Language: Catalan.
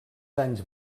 anys